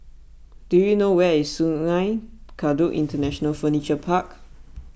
do you know where is Sungei Kadut International Furniture Park